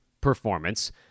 performance